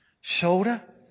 shoulder